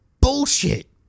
bullshit